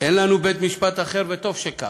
אין לנו בית-משפט אחר, וטוב שכך.